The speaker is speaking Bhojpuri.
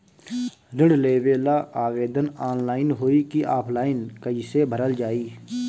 ऋण लेवेला आवेदन ऑनलाइन होई की ऑफलाइन कइसे भरल जाई?